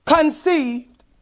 conceived